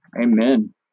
Amen